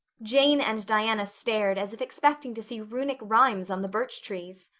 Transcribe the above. jane and diana stared, as if expecting to see runic rhymes on the birch trees.